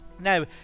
Now